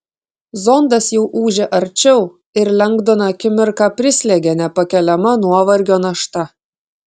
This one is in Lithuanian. zondas jau ūžė arčiau ir lengdoną akimirką prislėgė nepakeliama nuovargio našta